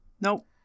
nope